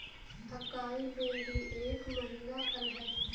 acai berry एक महंगा फल है